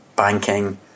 banking